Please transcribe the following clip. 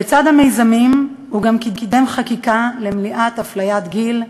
לצד המיזמים הוא גם קידם חקיקה למניעת אפליית גיל,